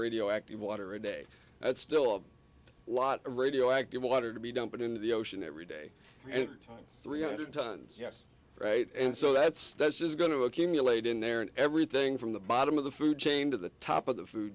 radioactive water a day that's still a lot of radioactive water to be dumped into the ocean every day time three hundred tons yes right and so that's that's just going to accumulate in there and everything from the bottom of the food chain to the top of the food